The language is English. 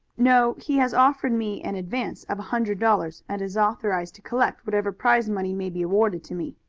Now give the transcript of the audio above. no. he has offered me an advance of a hundred dollars, and is authorized to collect whatever prize money may be awarded to me.